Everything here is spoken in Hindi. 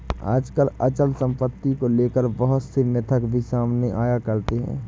आजकल अचल सम्पत्ति को लेकर बहुत से मिथक भी सामने आया करते हैं